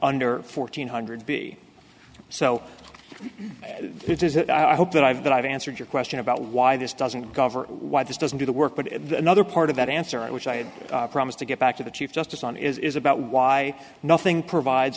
under fourteen hundred b so who does it i hope that i've that i've answered your question about why this doesn't cover why this doesn't do the work but at the another part of that answer which i had promised to get back to the chief justice on is about why nothing provides